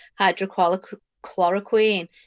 hydrochloroquine